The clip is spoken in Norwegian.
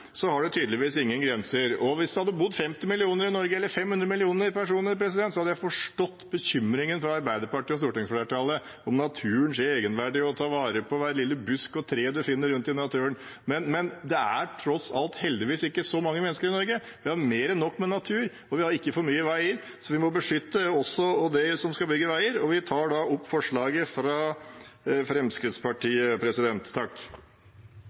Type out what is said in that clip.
det tydeligvis ingen grenser. Hadde det bodd 50 millioner i Norge, eller 500 millioner personer, hadde jeg forstått bekymringen fra Arbeiderpartiet og stortingsflertallet for naturens egenverdi og det å ta vare på hver lille busk og hvert lille tre man finner rundt om i naturen. Det er tross alt heldigvis ikke så mange mennesker i Norge. Vi har mer enn nok med natur, og vi har ikke for mye veier. Vi må beskytte også dem som skal bygge veier, og jeg tar da opp Fremskrittspartiets forslag. Da har representanten Tor André Johnsen tatt opp det forslaget